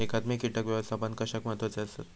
एकात्मिक कीटक व्यवस्थापन कशाक महत्वाचे आसत?